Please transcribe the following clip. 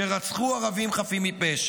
שרצחו ערבים חפים מפשע.